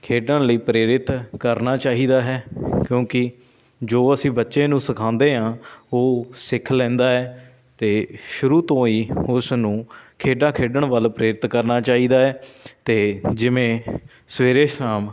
ਖੇਡਣ ਲਈ ਪ੍ਰੇਰਿਤ ਕਰਨਾ ਚਾਹੀਦਾ ਹੈ ਕਿਉਂਕਿ ਜੋ ਅਸੀਂ ਬੱਚੇ ਨੂੰ ਸਿਖਾਉਂਦੇ ਹਾਂ ਉਹ ਸਿੱਖ ਲੈਂਦਾ ਹੈ ਅਤੇ ਸ਼ੁਰੂ ਤੋਂ ਹੀ ਉਸ ਨੂੰ ਖੇਡਾਂ ਖੇਡਣ ਵੱਲ ਪ੍ਰੇਰਿਤ ਕਰਨਾ ਚਾਹੀਦਾ ਹੈ ਅਤੇ ਜਿਵੇਂ ਸਵੇਰੇ ਸ਼ਾਮ